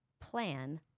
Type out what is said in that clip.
plan